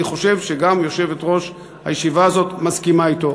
אני חושב שגם יושבת-ראש הישיבה הזאת מסכימה אתי.